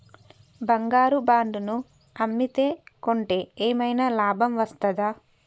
బంగారు బాండు ను అమ్మితే కొంటే ఏమైనా లాభం వస్తదా?